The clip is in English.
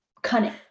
cunning